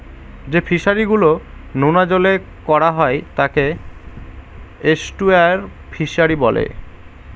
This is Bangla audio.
যে ফিশারি গুলো নোনা জলে করা হয় তাকে এস্টুয়ারই ফিশারি বলে